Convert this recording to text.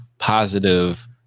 positive